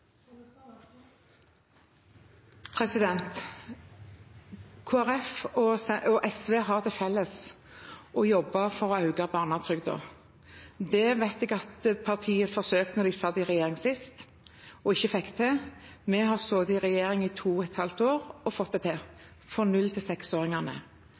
og SV har til felles å jobbe for å øke barnetrygden. Det vet jeg at partiet forsøkte da de satt i regjering sist, og ikke fikk til. Vi har sittet i regjering i to og et halvt år og fått det til